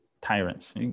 tyrants